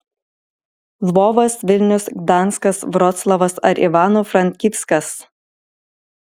lvovas vilnius gdanskas vroclavas ar ivano frankivskas